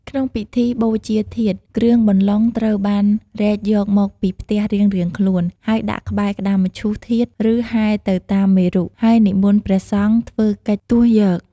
ក្នុងពិធីបូជាធាតុ គ្រឿងបន្លុងត្រូវបានរែកយកមកពីផ្ទះរៀងៗខ្លួន ហើយដាក់ក្បែរក្តារមឈូសធាតុ ឬហែទៅតាមមេរុ ហើយនិមន្តព្រះសង្ឃធ្វើកិច្ចទស់យក។